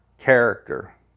character